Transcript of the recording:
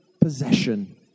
possession